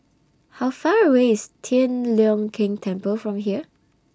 How Far away IS Tian Leong Keng Temple from here